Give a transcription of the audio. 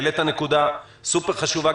העלית נקודה חשובה מאוד.